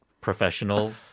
professional